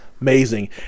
amazing